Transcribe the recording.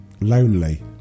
Lonely